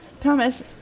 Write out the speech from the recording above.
Thomas